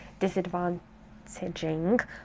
disadvantaging